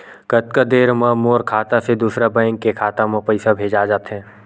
कतका देर मा मोर खाता से दूसरा बैंक के खाता मा पईसा भेजा जाथे?